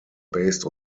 based